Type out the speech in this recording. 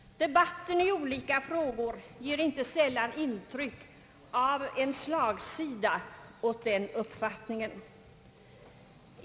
Debatten i olika frågor ger inte sällan intryck av en slagsida åt den uppfattningen.